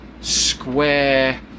square